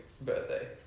birthday